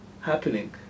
happening